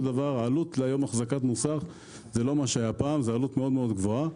עלות החזקת מוסך היא לא מה שהיה פעם; זו עלות מאוד גבוהה.